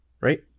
right